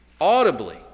audibly